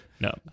No